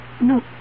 No